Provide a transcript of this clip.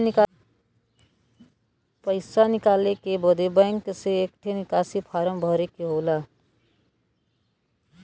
पइसा निकाले बदे बैंक मे एक ठे निकासी के फारम भरे के होला